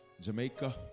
Jamaica